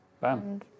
Bam